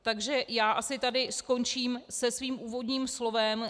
Takže já asi tady skončím se svým úvodním slovem.